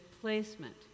placement